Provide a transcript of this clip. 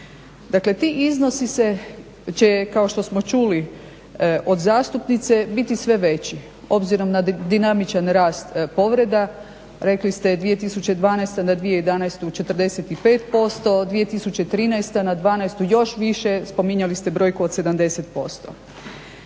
Dakle ti iznosi će kao što smo čuli od zastupnice biti sve veći, obzirom na dinamičan rast povreda, rekli ste 2012. na 2011. 45%, 2013. na '12. još više, spominjali ste brojku od 70%.